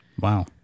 Wow